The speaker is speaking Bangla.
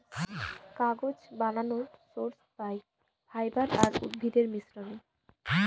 কাগজ বানানর সোর্স পাই ফাইবার আর উদ্ভিদের মিশ্রনে